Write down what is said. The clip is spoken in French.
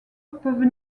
peuvent